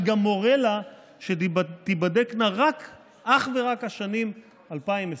וגם מורה לה שתיבדקנה אך ורק השנים 2021-2020,